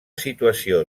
situació